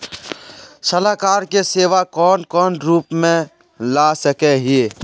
सलाहकार के सेवा कौन कौन रूप में ला सके हिये?